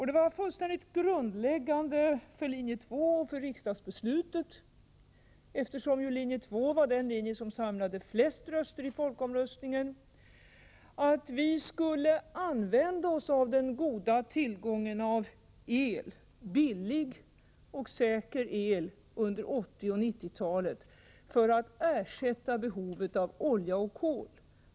Det var fullständigt grundläggande för linje 2 och sedermera också för riksdagsbeslutet, eftersom linje 2 ju var det alternativ som samlade flest röster i folkomröstningen, att vi skulle använda oss av den goda tillgången på billig och säker el under 1980 och 1990-talen för att ersätta behovet av olja och kol.